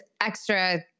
extra